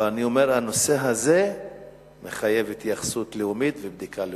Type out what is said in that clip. אבל אני אומר: הנושא הזה דורש התייחסות לאומית ובדיקה לאומית.